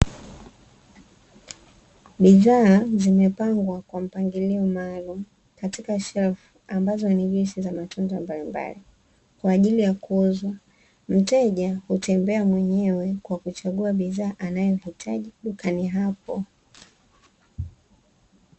Bidhaa zimepangwa kwa mpangilio maalumu katika shelfu, ambazo ni juisi za matunda mbalimbali kwa ajili ya kuuzwa. Mteja hutembea mwenyewe kwa kuchagu bidhaa anayohitaji dukani hapo.